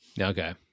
Okay